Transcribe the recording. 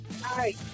Hi